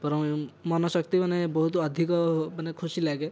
ବରଂ ମନଶକ୍ତି ମାନେ ବହୁତ ଅଧିକ ମାନେ ଖୁସି ଲାଗେ